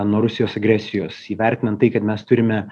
nuo rusijos agresijos įvertinant tai kad mes turime